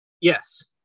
Yes